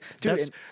Dude